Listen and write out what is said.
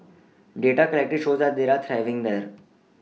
data collected shows that they are thriving there